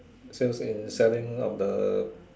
sales in selling of the